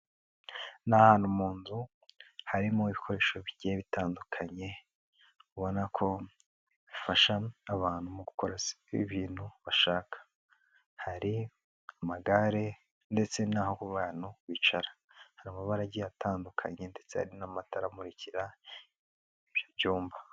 N'hantu mu nzu harimo ibikoresho bigiye bitandukanye ubona ko bifasha abantu gukora ibintu bashaka hari amagare ndetse n'aho abantu bicara hari amaba agiye atandukanye ndetse hari n'amatara amurikira ibyo byumba